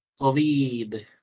COVID